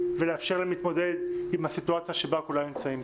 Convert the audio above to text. ולאפשר להם להתמודד עם הסיטואציה שבה כולם נמצאים.